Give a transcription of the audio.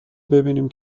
ببینیم